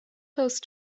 post